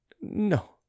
no